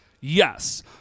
Yes